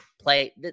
play –